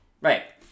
Right